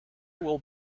will